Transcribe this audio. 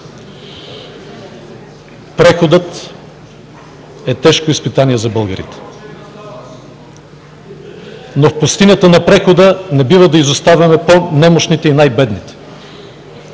Преходът е тежко изпитание за българите, но в пустинята на прехода не бива да изоставяме по-немощните и най-бедните.